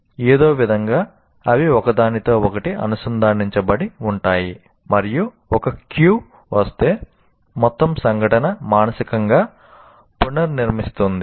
ఏదో విధంగా అవి ఒకదానితో ఒకటి అనుసంధానించబడి ఉంటాయి మరియు ఒక క్యూ వస్తే మొత్తం సంఘటన మానసికంగా పునర్నిర్మిస్తుంది